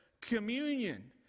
communion